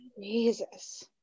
Jesus